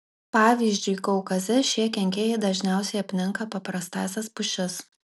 pavyzdžiui kaukaze šie kenkėjai dažniausiai apninka paprastąsias pušis